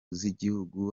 z’igihugu